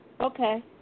Okay